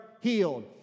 healed